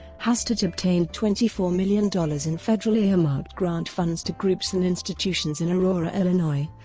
hastert obtained twenty four million dollars in federal earmarked grant funds to groups and institutions in aurora, illinois,